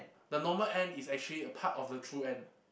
the normal end is actually a part of the true end